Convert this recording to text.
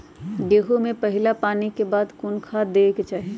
गेंहू में पहिला पानी के बाद कौन खाद दिया के चाही?